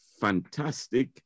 fantastic